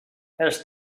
els